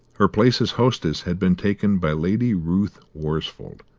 her place as hostess had been taken by lady ruth worsfold,